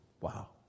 Wow